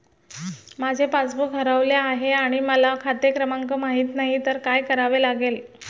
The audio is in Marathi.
माझे पासबूक हरवले आहे आणि मला खाते क्रमांक माहित नाही तर काय करावे लागेल?